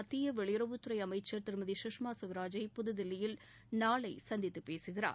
மத்திய வெளியுறவுத்துறை அமைச்சர் திருமதி சுஷ்மா ஸ்வராஜை புதில்லியில் நாளை சந்தித்து பேசுகிறார்